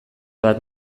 bat